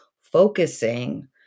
focusing